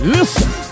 Listen